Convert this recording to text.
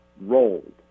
rolled